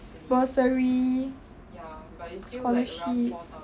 bursary scholarship